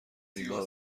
ریگا